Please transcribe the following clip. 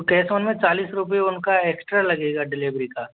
cash on में चालीस रुपये उनका एक्स्ट्रा लगेगा डिलीवरी का